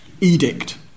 Edict